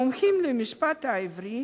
מומחים למשפט העברי,